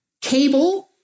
cable